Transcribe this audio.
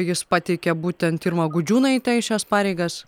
jis pateikia būtent irmą gudžiūnaitę į šias pareigas